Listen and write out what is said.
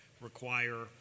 require